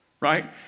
right